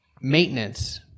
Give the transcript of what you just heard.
maintenance